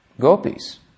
gopis